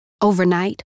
Overnight